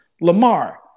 Lamar